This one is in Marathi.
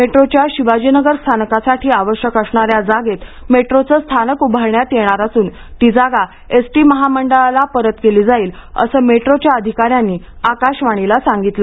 मेट्रोच्या शिवाजीनगर स्थानकासाठी आवश्यक असणाऱ्या जागेत मेट्रोचं स्थानक उभारण्यात येणार असून ती जागा एस टी महामंडळला परत केली जाईल असं मेट्रोच्या अधिकाऱ्यांनी आकाशवाणीला सांगितलं